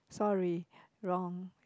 sorry wrong